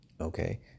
Okay